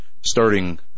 starting